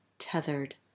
tethered